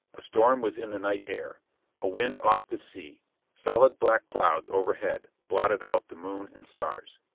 a storm was in the night air a wind off the sea solid black clouds overhead blotted out the moon and stars.